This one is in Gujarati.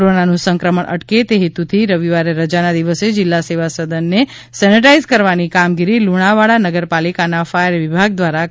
કોરોનાનું સંક્રમણ અટકે તે હેતુસર રવિવાર રજાના દિવસે જિલ્લા સેવા સદનને સેનેટાઇઝ કરવાની કામગીરી લુણાવાડા નગરપાલિકાના ફાયરવિભાગ દ્વારા કરવામાં આવી